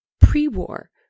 pre-war